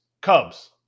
Cubs